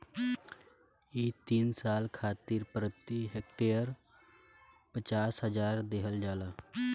इ तीन साल खातिर प्रति हेक्टेयर पचास हजार देहल जाला